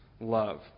love